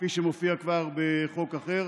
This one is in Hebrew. כפי שמופיע כבר בחוק אחר.